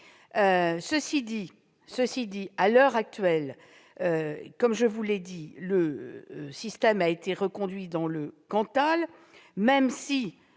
Cela dit, à l'heure actuelle, comme je vous l'ai indiqué, le système a été reconduit dans le Cantal. Toutefois,